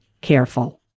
careful